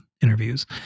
interviews